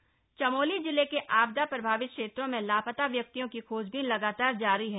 Chamoli update Chamoli जिले के आपदा प्रभावित क्षेत्रों में लापता व्यक्तियों की खोजबीन लगातार जारी है